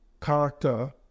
character